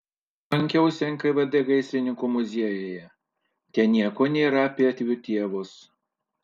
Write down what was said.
aš lankiausi nkvd gaisrininkų muziejuje ten nieko nėra apie jų tėvus